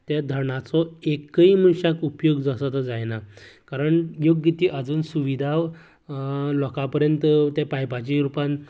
ते धरणाचो एक्कय मनशाक उपयोग जो आसा तो जायना कारण योग्य आजून सुविधा लोकां पर्यंत ते पायपाच्या रुपान